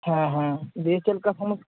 ᱦᱮᱸ ᱦᱮᱸ ᱫᱤᱭᱮ ᱪᱮᱫ ᱞᱮᱠᱟ ᱥᱚᱢᱚᱥᱥᱟ